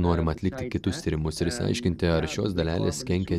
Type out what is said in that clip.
norima atlikti kitus tyrimus ir išsiaiškinti ar šios dalelės kenkia